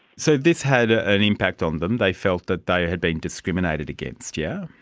so this had an impact on them, they felt that they had been discriminated against, yeah